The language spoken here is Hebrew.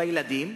בילדים?